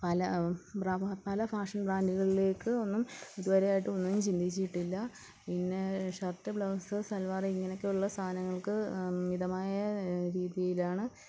പല ബ്രമ പല ഫാഷൻ ബ്രാന്ഡുകളിലേക്ക് ഒന്നും ഇതുവരെയായിട്ടൊന്നും ചിന്തിച്ചിട്ടില്ല പിന്നെ ഷർട്ട് ബ്ലൗസ് സൽവാർ ഇങ്ങനെയൊക്കെ ഉള്ള സധനങ്ങൾക്ക് മിതമായ രീതിയിലാണ്